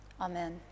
Amen